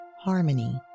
harmony